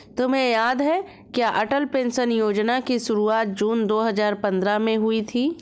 तुम्हें याद है क्या अटल पेंशन योजना की शुरुआत जून दो हजार पंद्रह में हुई थी?